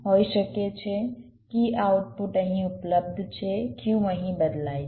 હોઈ શકે છે કી આઉટપુટ અહીં ઉપલબ્ધ છે Q અહીં બદલાય છે